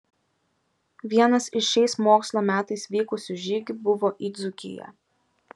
vienas iš šiais mokslo metais vykusių žygių buvo į dzūkiją